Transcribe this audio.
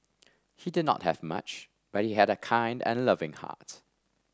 he did not have much but he had a kind and loving heart